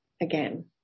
again